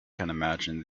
imagine